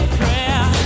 prayer